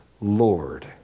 Lord